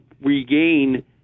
regain